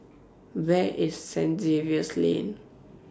Where IS Saint Xavier's Lane